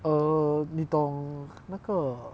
err 你懂那个